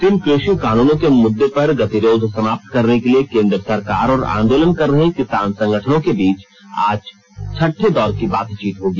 तीन कृषि कानूनों के मुद्दे पर गतिरोध समाप्त करने के लिए केन्द्र सरकार और आंदोलन कर रहे किसान संगठनों के बीच आज छठे दौर की बातचीत होगी